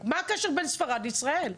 רק מה הקשר בין ספרד לישראל?